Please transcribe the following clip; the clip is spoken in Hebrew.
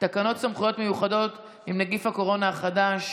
תקנות סמכויות מיוחדות להתמודדות עם נגיף הקורונה החדש